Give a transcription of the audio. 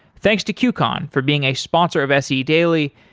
thanks to qcon for being a sponsor of se daily.